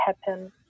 happen